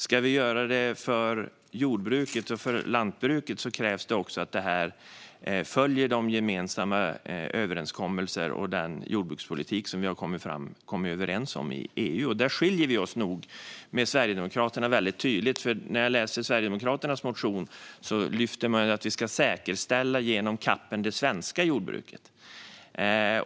Ska vi göra det för jordbruket och för lantbruket krävs det också att detta följer de gemensamma överenskommelser och den jordbrukspolitik som vi har kommit överens om i EU. Där skiljer vi och Sverigedemokraterna oss åt väldigt tydligt. I Sverigedemokraternas motion läser jag att vi genom CAP ska säkerställa det svenska jordbruket.